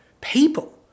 people